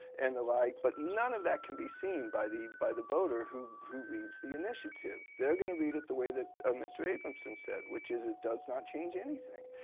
and the like. but none of that can be seen by the by the voter who who reads the initiative. they are going to read it the way that mr. abramson said, which is it does not change anything.